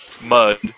mud